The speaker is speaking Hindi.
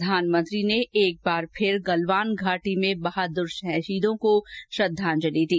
प्रधानमंत्री ने एक बार फिर गलवान घाटी में बहादुर शहीदों को श्रद्वांजलि दी